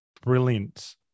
brilliant